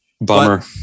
Bummer